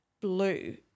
blue